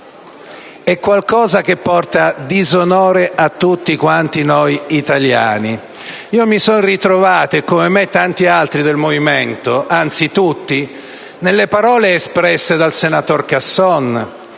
è qualcosa che porta disonore a tutti quanti noi italiani. Io mi sono ritrovato, come tutti noi del Movimento, nelle parole espresse dal senatore Casson,